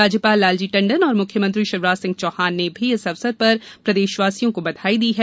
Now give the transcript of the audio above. राज्यपाल लालजी टंडन और मुख्यमंत्री शिवराज सिंह चौहान ने भी इस अवसर पर प्रदेशवासियों को बधाई दी है